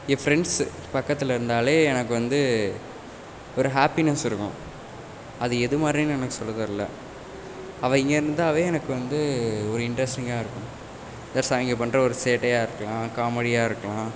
என் friends பக்கத்தில் இருந்தாலே எனக்கு வந்து ஒரு ஹேப்பினஸ் இருக்கும் அது எது மாதிரின்னு எனக்கு சொல்ல தெர்லை அவன் இங்கே இருந்தாவே எனக்கு வந்து ஒரு இன்ட்ரஸ்டிங்காக இருக்கும் தட்ஸ் அவைங்க பண்ணுற ஒரு சேட்டையாக இருக்கலாம் காமெடியாக இருக்கலாம்